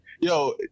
yo